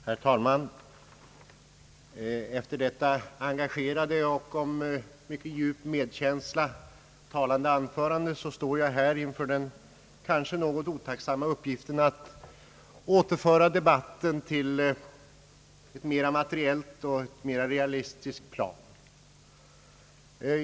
Herr talman! Efter detta engagerade och om mycket djup medkänsla talande anförande står jag inför den kanske något otacksamma uppgiften att återföra debatten till ett mera materiellt och mera realistiskt plan.